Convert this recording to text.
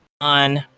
on